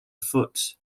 foot